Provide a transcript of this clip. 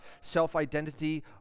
self-identity